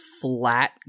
flat